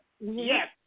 yes